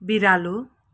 बिरालो